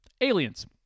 aliens